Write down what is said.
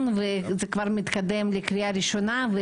ושזה כבר מתקדם לקראת קריאה ראשונה.